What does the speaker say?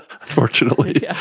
unfortunately